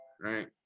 Right